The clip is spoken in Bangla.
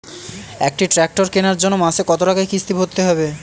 একটি ট্র্যাক্টর কেনার জন্য মাসে কত টাকা কিস্তি ভরতে হবে?